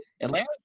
Atlanta